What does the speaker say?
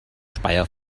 speyer